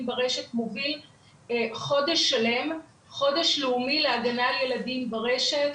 ברשת מוביל במשך חודש שלם חודש לאומי להגנה על ילדים ברשת,